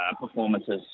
performances